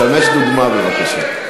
תשמש דוגמה בבקשה.